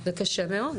--- זה קשה מאוד.